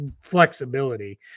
flexibility